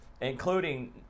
including